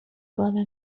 بالا